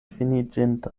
finiĝinta